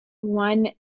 one